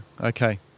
okay